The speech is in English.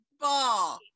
Ball